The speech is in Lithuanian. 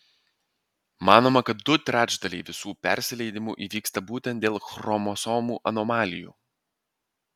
manoma kad du trečdaliai visų persileidimų įvyksta būtent dėl chromosomų anomalijų